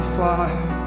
fire